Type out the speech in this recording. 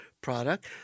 product